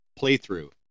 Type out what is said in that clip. playthrough